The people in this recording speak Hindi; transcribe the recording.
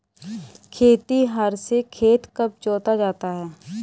खेतिहर से खेत कब जोता जाता है?